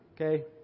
Okay